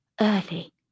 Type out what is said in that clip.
early